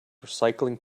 recycling